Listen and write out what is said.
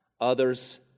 others